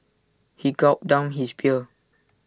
he gulped down his beer